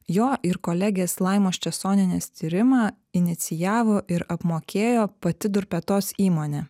jo ir kolegės laimos česonienės tyrimą inicijavo ir apmokėjo pati durpe tos įmonės